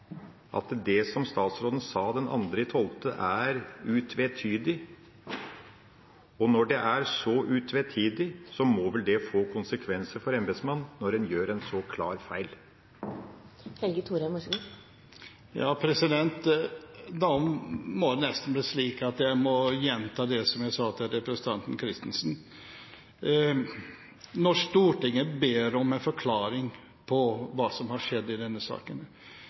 at det som statsråden sa den 2. desember, er utvetydig? Og når det er så utvetydig, må vel det få konsekvenser for embetsmannen, når en gjør en så klar feil? Da må det nesten bli slik at jeg må gjenta det som jeg sa til representanten Christensen. Når Stortinget ber om en forklaring på hva som har skjedd i denne saken,